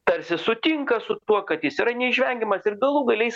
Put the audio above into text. tarsi sutinka su tuo kad jis yra neišvengiamas ir galų gale jis